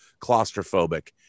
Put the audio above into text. claustrophobic